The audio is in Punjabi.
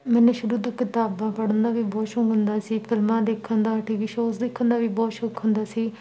ਮੈਨੂੰ ਸ਼ੁਰੂ ਤੋਂ ਕਿਤਾਬਾਂ ਪੜ੍ਹਨ ਦਾ ਵੀ ਬਹੁਤ ਸ਼ੌਂਕ ਹੁੰਦਾ ਸੀ ਫਿਲਮਾਂ ਦੇਖਣ ਦਾ ਟੀ ਵੀ ਸ਼ੋਅਜ਼ ਦੇਖਣ ਦਾ ਵੀ ਬਹੁਤ ਸ਼ੌਂਕ ਹੁੰਦਾ ਸੀ